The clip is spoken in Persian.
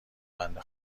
بنده